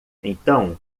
então